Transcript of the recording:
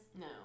No